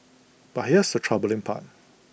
but here's the troubling part